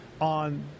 on